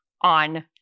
on